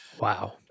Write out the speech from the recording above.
Wow